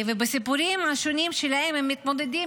בסיפורים השונים שלהם הם מתמודדים